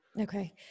Okay